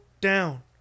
down